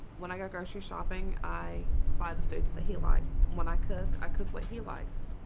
when i go grocery shopping, i buy the foods that he like when i cook i cook what he likes